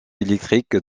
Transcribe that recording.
électrique